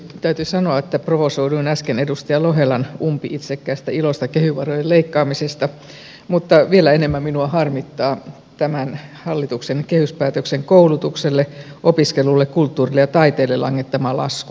täytyy sanoa että provosoiduin äsken edustaja lohelan umpi itsekkäästä ilosta kehy varojen leikkaamisesta mutta vielä enemmän minua harmittaa tämän hallituksen kehyspäätöksen koulutukselle opiskelulle kulttuurille ja taiteelle langettama lasku